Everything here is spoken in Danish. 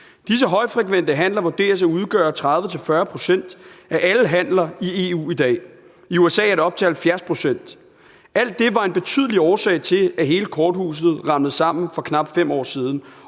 Disse højfrekvente handler vurderes at udgøre 30-40 pct. af alle handler i EU i dag. I USA er det op til 70 pct. Alt det var en betydelig årsag til, at hele korthuset ramlede sammen for knap 5 år siden,